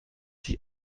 sich